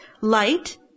light